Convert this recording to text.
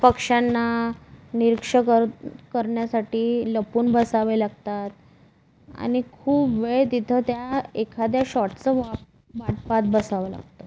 पक्ष्यांना निरीक्षकर करण्यासाठी लपून बसावे लागतात आणि खूप वेळ तिथं त्या एखाद्या शॉटचं वा वाट पाहत बसावं लागतं